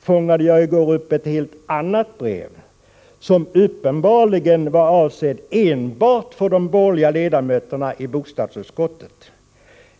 fångade jag i går upp ett helt annat brev, som uppenbarligen var avsett enbart för de borgerliga ledamöterna i bostadsutskottet.